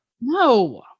No